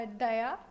Daya